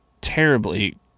terribly